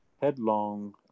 Headlong